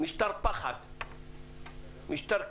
משטר פחד ומשטר כבילה.